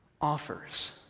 offers